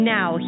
Now